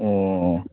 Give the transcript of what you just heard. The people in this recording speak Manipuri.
ꯑꯣ